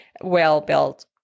well-built